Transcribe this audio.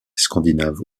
scandinave